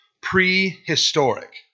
prehistoric